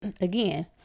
again